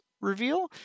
reveal